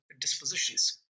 dispositions